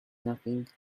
nothing